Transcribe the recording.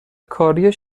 کاری